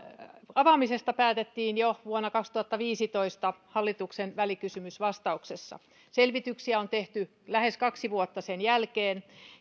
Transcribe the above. avaamisesta päätettiin jo vuonna kaksituhattaviisitoista hallituksen välikysymysvastauksessa selvityksiä on tehty lähes kaksi vuotta sen jälkeen